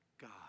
God